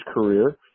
career